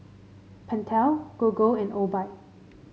Pentel Gogo and Obike